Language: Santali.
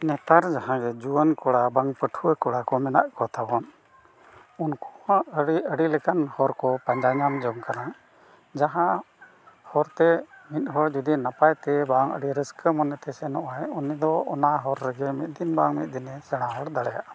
ᱱᱮᱛᱟᱨ ᱡᱟᱦᱟᱸ ᱜᱮ ᱡᱩᱣᱟᱹᱱ ᱠᱚᱲᱟ ᱵᱟᱝ ᱯᱟᱹᱴᱷᱩᱣᱟᱹ ᱠᱚᱲᱟ ᱠᱚ ᱢᱮᱱᱟᱜ ᱠᱚ ᱛᱟᱵᱚᱱ ᱩᱱᱠᱩ ᱦᱚᱸ ᱟᱹᱰᱤ ᱟᱹᱰᱤ ᱞᱮᱠᱟᱱ ᱦᱚᱨ ᱠᱚ ᱯᱟᱸᱡᱟ ᱧᱟᱢ ᱡᱚᱝ ᱠᱟᱱᱟ ᱡᱟᱦᱟᱸ ᱦᱚᱨᱛᱮ ᱢᱤᱫ ᱦᱚᱲ ᱡᱩᱫᱤ ᱱᱟᱯᱟᱭᱛᱮ ᱵᱟᱝ ᱟᱹᱰᱤ ᱨᱟᱹᱥᱠᱟᱹ ᱢᱚᱱᱮᱛᱮ ᱥᱮᱱᱚᱜ ᱟᱭ ᱩᱱᱤ ᱫᱚ ᱚᱱᱟ ᱦᱚᱨ ᱨᱮᱜᱮ ᱢᱤᱫ ᱫᱤᱱ ᱵᱟᱝ ᱢᱤᱫ ᱫᱤᱱᱮ ᱥᱮᱬᱟ ᱦᱚᱲ ᱫᱟᱲᱮᱭᱟᱜᱼᱟ